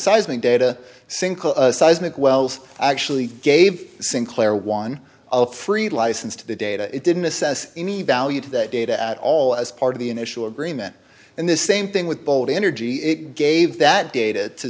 sync seismic wells actually gave sinclair one of the free license to the data it didn't assess any value to that data at all as part of the initial agreement and the same thing with boat energy it gave that data to